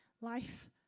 Life